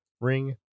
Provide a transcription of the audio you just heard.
ring